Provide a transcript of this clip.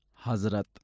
Hazrat